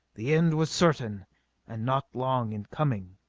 the end was certain and not long in coming.